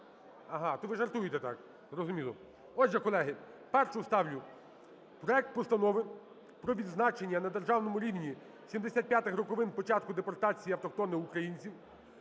Ага, то ви жартуєте так. Зрозуміло. Отже, колеги, першу ставлю проект Постанови про відзначення на державному рівні 75-х роковин початку депортації автохтонних українців